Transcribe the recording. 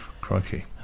Crikey